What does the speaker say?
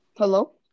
Hello